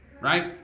Right